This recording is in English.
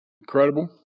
Incredible